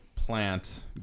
plant